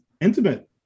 intimate